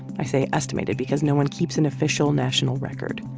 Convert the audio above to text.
i say estimated because no one keeps an official national record.